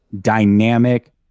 dynamic